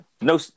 No